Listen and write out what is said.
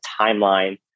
timeline